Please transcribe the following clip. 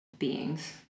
beings